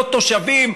לא-תושבים,